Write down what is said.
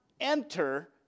enter